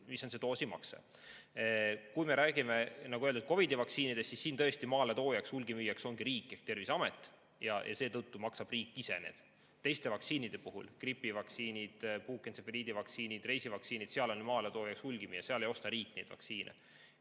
lisada, see doosimakse. Kui me räägime, nagu öeldud, COVID‑i vaktsiinidest, siis siin tõesti maaletoojaks, hulgimüüjaks ongi riik ehk Terviseamet ja seetõttu maksab riik need ise. Teiste vaktsiinide puhul – gripivaktsiinid, puukentsefaliidi vaktsiinid, reisivaktsiinid – on maaletoojaks hulgimüüja, seal ei osta riik neid vaktsiine.